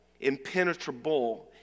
impenetrable